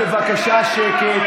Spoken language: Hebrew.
בבקשה שקט.